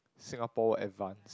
Singapore would advance